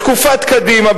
בתקופת קדימה,